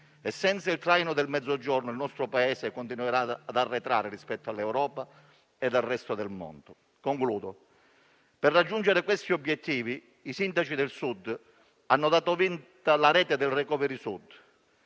senza il traino del Mezzogiorno il nostro Paese continuerà ad arretrare rispetto all'Europa e al resto del mondo. Concludo il mio intervento. Per raggiungere questi obiettivi, i sindaci del Sud hanno dato vinta alla Rete del *recovery* Sud: